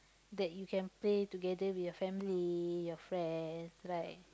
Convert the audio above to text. that you can play together with your family your friends right